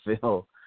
feel